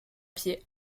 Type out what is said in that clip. pied